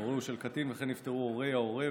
הורה של קטין וכן נפטרו הורי ההורה,